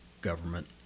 government